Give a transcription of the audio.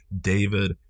David